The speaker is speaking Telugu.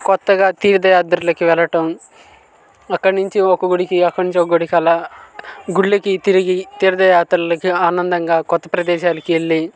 కొత్తగా తీర్ధయాత్రలకి వెళ్ళటం అక్కడ నుంచి ఒక గుడికి అక్కడ నుంచి ఒక గుడికి అలా గుడ్లకి తిరిగి తీర్ధయాత్రలకి ఆనందంగా కొత్త ప్రదేశాలకి వెళ్ళి